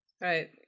right